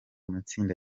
matsinda